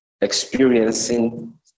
experiencing